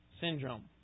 syndrome